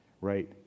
right